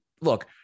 look